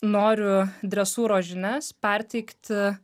noriu dresūros žinias perteikti